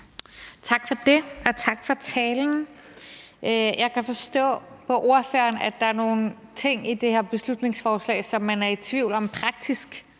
Tak for det, og tak for talen. Jeg kan forstå på ordføreren, at der er nogle ting i det her beslutningsforslag, som man er i tvivl om praktisk